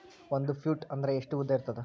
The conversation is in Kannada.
ಒಂದು ಫೂಟ್ ಅಂದ್ರೆ ಎಷ್ಟು ಉದ್ದ ಇರುತ್ತದ?